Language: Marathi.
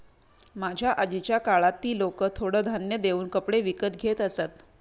माझ्या आजीच्या काळात ती लोकं थोडं धान्य देऊन कपडे विकत घेत असत